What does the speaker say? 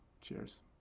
Cheers